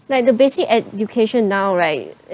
like the basic education now right